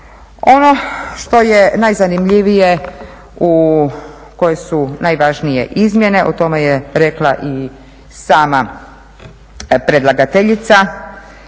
Ono što je najzanimljivije koje su najvažnije izmjene o tome je rekla i sama predlagateljica,